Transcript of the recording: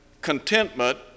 contentment